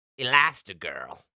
Elastigirl